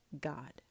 God